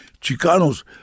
Chicanos